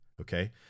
Okay